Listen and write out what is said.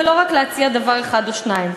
ולא רק להציע דבר אחד או שניים.